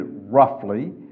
roughly